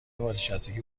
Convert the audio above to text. بازنشستگی